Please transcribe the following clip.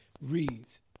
reads